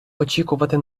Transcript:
очікувати